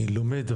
אני לומד,